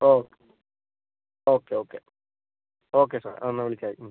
ഓ okay okay okay sir ആ എന്നാൽ വിളിച്ചാൽ മതി ഉം